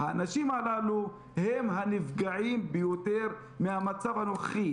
האנשים הללו הם הנפגעים ביותר מהמצב הנוכחי.